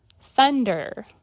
thunder